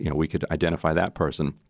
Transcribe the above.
yeah we could identify that person.